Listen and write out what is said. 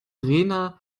rena